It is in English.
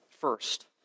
first